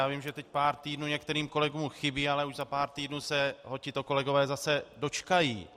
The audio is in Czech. Já vím, že teď pár týdnů některým kolegům chybí, ale už za pár týdnů se ho tito kolegové zase dočkají.